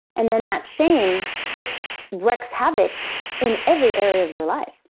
and then that shame just wreaks havoc in every area of your life.